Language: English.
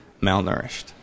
malnourished